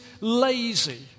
lazy